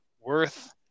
worth